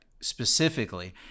specifically